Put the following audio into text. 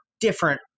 different